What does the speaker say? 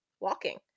walking